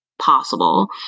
possible